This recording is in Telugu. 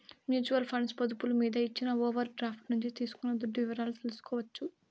మ్యూచువల్ ఫండ్స్ పొదుపులు మీద ఇచ్చిన ఓవర్ డ్రాఫ్టు నుంచి తీసుకున్న దుడ్డు వివరాలు తెల్సుకోవచ్చు